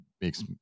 makes